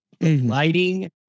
lighting